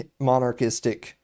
monarchistic